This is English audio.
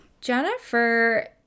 Jennifer